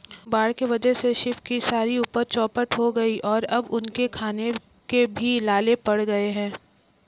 बाढ़ के वजह से शिव की सारी उपज चौपट हो गई और अब उनके खाने के भी लाले पड़ गए हैं